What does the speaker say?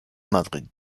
madrid